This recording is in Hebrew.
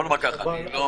אני אומר